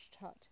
hut